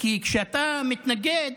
כי כשאתה מתנגד,